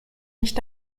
nicht